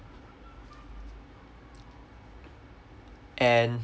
and